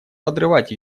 подрывать